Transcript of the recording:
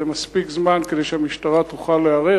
זה מספיק זמן כדי שהמשטרה תוכל להיערך,